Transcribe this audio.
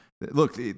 look